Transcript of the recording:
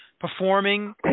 performing